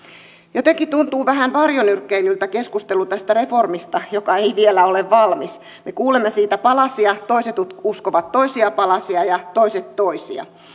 jotenkin tuntuu vähän varjonyrkkeilyltä keskustelu tästä reformista joka ei vielä ole valmis me kuulemme siitä palasia toiset uskovat toisia palasia ja toiset toisia